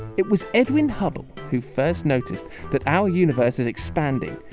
it was edwin hubble who first noticed that our universe is expanding,